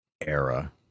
era